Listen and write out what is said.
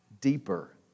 deeper